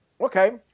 Okay